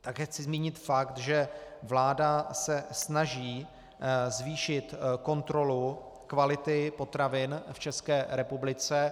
Také chci zmínit fakt, že vláda se snaží zvýšit kontrolu kvality potravin v České republice.